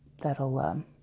that'll